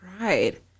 right